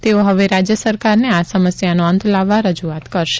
તેઓ હવે રાજ્ય સરકારને આ સમસ્યાનો અંત લાવવા રજૂઆત કરશે